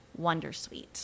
wondersuite